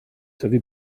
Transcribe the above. savez